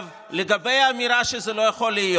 אבל הוא לא יכול,